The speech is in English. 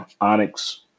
Onyx